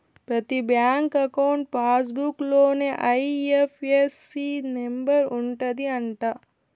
ప్రతి bank account passbook లోనే IFSC number ఉంటది అంట